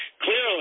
Clearly